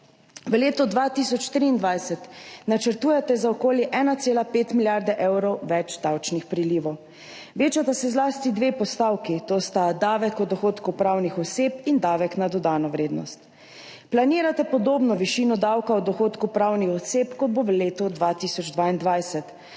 V letu 2023 načrtujete za okoli 1,5 milijarde evrov več davčnih prilivov. Večata se zlasti dve postavki, to sta davek od dohodkov pravnih oseb in davek na dodano vrednost. Planirate podobno višino davka od dohodkov pravnih oseb, kot bo v letu 2022,